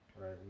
right